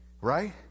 Right